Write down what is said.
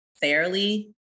fairly